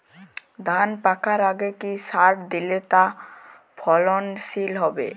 ধান পাকার আগে কি সার দিলে তা ফলনশীল হবে?